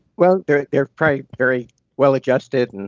well, they're they're probably very well adjusted. and